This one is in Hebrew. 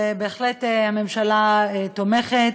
ובהחלט הממשלה תומכת,